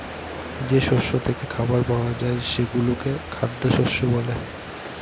যে শস্য থেকে খাবার পাওয়া যায় সেগুলোকে খ্যাদ্যশস্য বলে